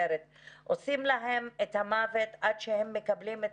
ונמצאים פה גם מנהלי בתי החולים והם יכולים בוודאי להשלים אותי,